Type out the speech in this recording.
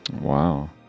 Wow